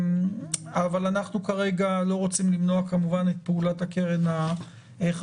אבל אנחנו כרגע לא רוצים למנוע כמובן את פעולת הקרן החשובה.